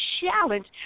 challenge